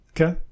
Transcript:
Okay